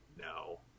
No